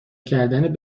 کردن